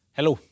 Hello